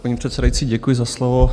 Paní předsedající, děkuji za slovo.